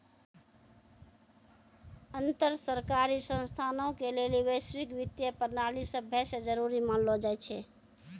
अन्तर सरकारी संस्थानो के लेली वैश्विक वित्तीय प्रणाली सभै से जरुरी मानलो जाय छै